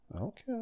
Okay